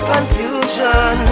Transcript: Confusion